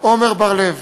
עמר בר-לב: